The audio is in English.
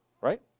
right